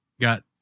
got